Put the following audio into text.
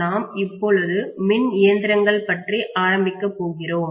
நாம் இப்பொழுது மின் இயந்திரங்கள் பற்றி ஆரம்பிக்கப் போகிறோம்